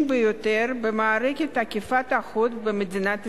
ביותר במערכת אכיפת החוק במדינת ישראל.